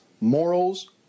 morals